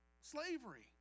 slavery